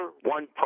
one